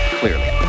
clearly